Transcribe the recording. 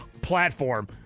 platform